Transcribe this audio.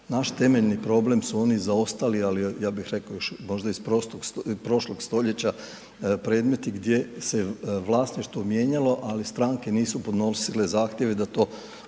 Naš temeljni problem su oni zaostali, ali ja bih rekao možda iz prošlog stoljeća, predmeti gdje se vlasništvo mijenjalo, ali stranke nisu podnosile zahtjeve da to